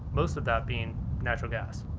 most of that being natural gas.